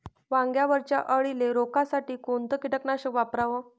वांग्यावरच्या अळीले रोकासाठी कोनतं कीटकनाशक वापराव?